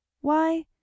Why